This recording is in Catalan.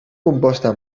composta